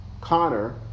Connor